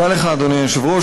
אדוני היושב-ראש,